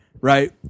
right